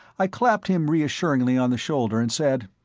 i clapped him reassuringly on the shoulder and said,